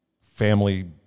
family